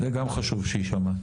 זה גם חשוב שיישמע.